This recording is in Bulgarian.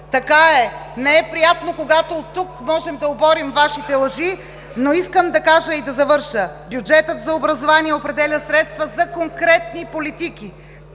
Така е, не е приятно, когато оттук можем да оборим Вашите лъжи. Но искам да завърша – бюджетът за образование определя средства за конкретни политики!